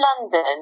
London